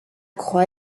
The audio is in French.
croix